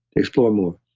explore more.